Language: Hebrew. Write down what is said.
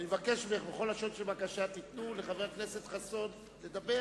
אני מבקש ממך בכל לשון של בקשה שתיתנו לחבר הכנסת חסון לדבר,